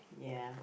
ya